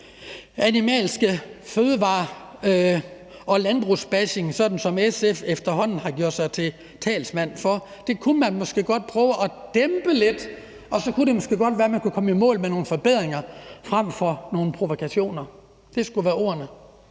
animalsk landbrugs-bashing, som SF efterhånden har gjort sig til talsmand for. Det kunne man måske godt prøve at dæmpe lidt, og så kunne det måske godt være, man kunne komme i mål med nogle forbedringer frem for nogle provokationer. Det skulle være ordene.